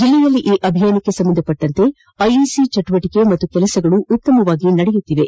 ಜಿಲ್ಲೆಯಲ್ಲಿ ಈ ಅಭಿಯಾನಕ್ಕೆ ಸಂಬಂಧಿಸಿದಂತೆ ಐಇಸಿ ಚಟುವಟಿಕೆ ಹಾಗೂ ಕೆಲಸಗಳು ಉತ್ತಮವಾಗಿ ನಡೆಯುತ್ತಿವೆ